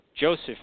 Joseph